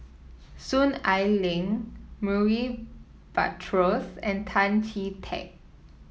Soon Ai Ling Murray Buttrose and Tan Chee Teck